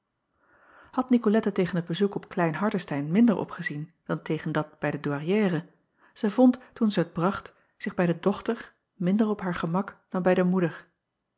ad icolette tegen het bezoek op lein ardestein minder opgezien dan tegen dat bij de ouairière zij vond toen zij het bracht zich bij de dochter minder op haar gemak dan bij de moeder